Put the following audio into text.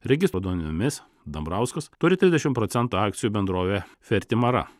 registro duomenimis dambrauskas turi trisdešim procentų akcijų bendrovėje fertimara